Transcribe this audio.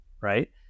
right